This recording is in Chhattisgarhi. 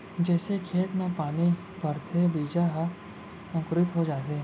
जइसे खेत म पानी परथे बीजा ह अंकुरित हो जाथे